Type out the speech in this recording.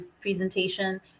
presentation